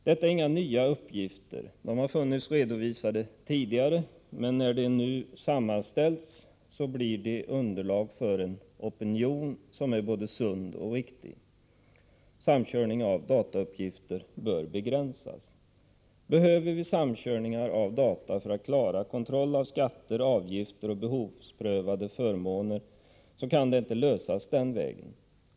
Detta är inga nya uppgifter — de har funnits redovisade tidigare, men när de nu sammanställts blir de underlag för en opinion som är både sund och riktig. Samkörningar av datauppgifter bör begränsas. Behöver vi samkörningar av data för att klara av kontroll av skatter, avgifter och behovsprövade förmåner så kan det inte tillgodoses den vägen.